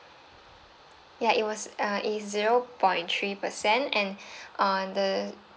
ya it was uh it's zero point three percent and uh the